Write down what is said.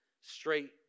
straight